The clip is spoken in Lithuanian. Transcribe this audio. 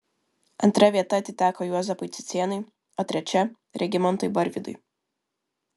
antra vieta atiteko juozapui cicėnui o trečia regimantui barvydui